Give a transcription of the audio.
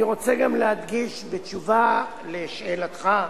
אני רוצה גם להדגיש, בתשובה על שאלתך,